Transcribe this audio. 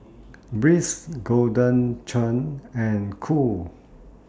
Breeze Golden Churn and Qoo